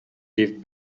gave